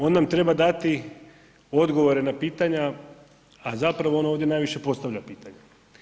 On nam treba dati odgovore na pitanja a zapravo ono ovdje najviše postavlja pitanja.